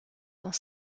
dans